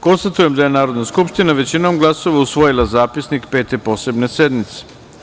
Konstatujem da je Narodna skupština većinom glasova usvojila Zapisnik Pete posebne sednice.